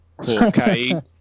4K